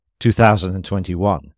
2021